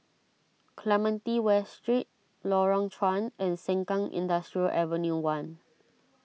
Clementi West Street Lorong Chuan and Sengkang Industrial Ave one